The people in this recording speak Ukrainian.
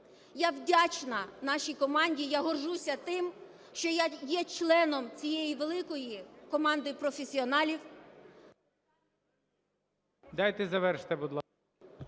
Я вдячна нашій команді, я горджуся тим, що я є членом цієї великої команди професіоналів…